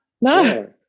no